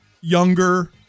younger